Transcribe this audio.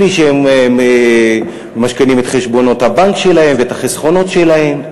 בלי שהם ממשכנים את חשבונות הבנק שלהם ואת החסכונות שלהם.